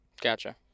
gotcha